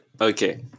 okay